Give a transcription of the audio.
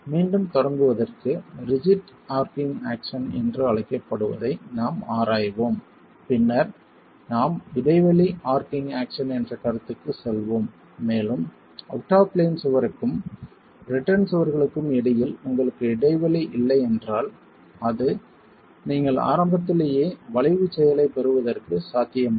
மீண்டும் தொடங்குவதற்கு rigid arching action என்று அழைக்கப்படுவதை நாம் ஆராய்வோம் பின்னர் நாம் இடைவெளி ஆர்ச்சிங் ஆக்சன் என்ற கருத்துக்கு செல்வோம் மேலும் அவுட் ஆப் பிளேன் சுவருக்கும் ரிட்டர்ன் சுவர்களுக்கும் இடையில் உங்களுக்கு இடைவெளி இல்லை என்றால் அது நீங்கள் ஆரம்பத்திலேயே வளைவுச் செயலைப் பெறுவதற்கு சாத்தியமாகும்